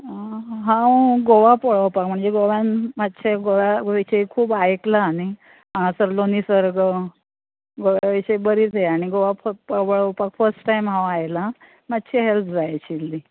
हांव गोवा पळोवपाक म्हणजे गोवान मातशे गोंयचे खूब आयकलां हांवें हांगासल्लो निसर्ग आनी गोवा पळोवपाक फर्स्ट टायम हांव आयलां मातशे हॅल्प जाय आशिल्ली